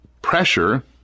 pressure